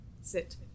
sit